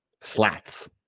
slats